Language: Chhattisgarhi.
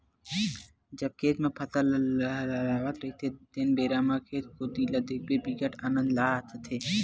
जब खेत म फसल ल लहलहावत रहिथे तेन बेरा म खेत कोती ल देखथे बिकट आनंद आ जाथे